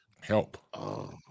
Help